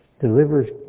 delivers